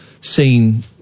seen